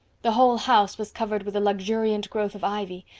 the whole house was covered with a luxuriant growth of ivy,